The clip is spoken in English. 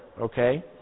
okay